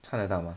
看得到吗